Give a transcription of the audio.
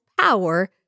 power